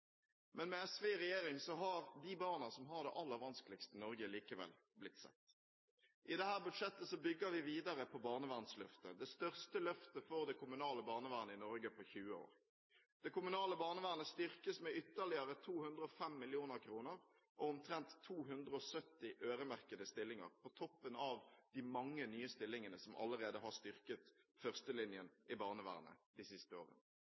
Men med SV i regjering har de barna som har det aller vanskeligst i Norge, likevel blitt sett. I dette budsjettet bygger vi videre på barnevernsløftet, det største løftet for det kommunale barnevernet i Norge på 20 år. Det kommunale barnevernet styrkes med ytterligere 205 mill. kr og omtrent 270 øremerkede stillinger, på toppen av de mange nye stillingene som allerede har styrket førstelinjen i barnevernet de siste årene.